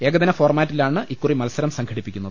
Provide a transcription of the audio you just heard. ഏകദിന ഫോർമാറ്റിലാണ് ഇക്കുറി മത്സരം സംഘടിപ്പിക്കുന്നത്